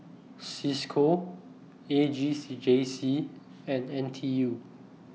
CISCO A J C J C and N T U